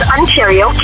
Ontario